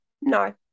no